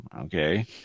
Okay